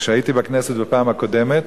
כשהייתי בכנסת בפעם הקודמת,